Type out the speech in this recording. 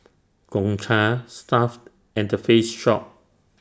Gongcha Stuff'd and The Face Shop